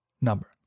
number